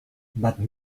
but